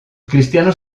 cristianos